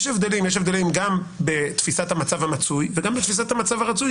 יש הבדלים גם בתפיסת המצב המצוי וגם בתפיסת המצב הרצוי.